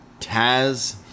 Taz